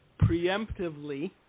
preemptively